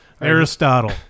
Aristotle